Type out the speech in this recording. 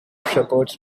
shepherds